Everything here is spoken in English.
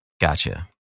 Gotcha